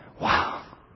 Wow